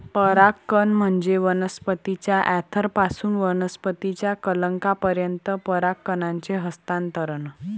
परागकण म्हणजे वनस्पतीच्या अँथरपासून वनस्पतीच्या कलंकापर्यंत परागकणांचे हस्तांतरण